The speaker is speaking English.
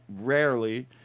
rarely